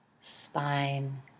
spine